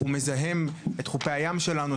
הוא מזהם את חופי הים שלנו,